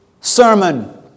sermon